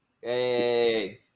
Hey